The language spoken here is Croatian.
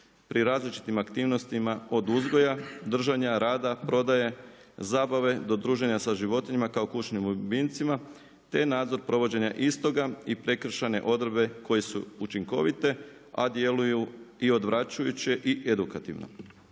pri različitim aktivnostima od uzgoja, držanja, rada, prodaje, zabave do druženje sa životinjama kao ključnim ljubimcima, te nadzor provođenje istoga i prekršajne odredbe koje su učinkovite, a djeluju i odvraćajuće i edukativno.